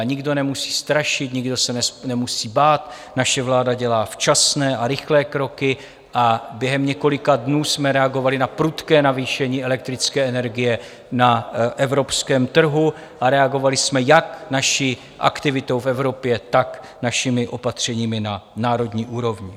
Nikdo nemusí strašit, nikdo se nemusí bát, naše vláda dělá včasné a rychlé kroky a během několika dnů jsme reagovali na prudké navýšení elektrické energie na evropském trhu a reagovali jsme jak naší aktivitou v Evropě, tak našimi opatřeními na národní úrovni.